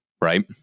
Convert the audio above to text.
right